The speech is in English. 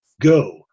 go